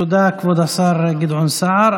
היו"ר מנסור עבאס: תודה, כבוד השר גדעון סער.